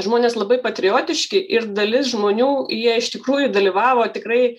žmonės labai patriotiški ir dalis žmonių jie iš tikrųjų dalyvavo tikrai